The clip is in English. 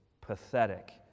pathetic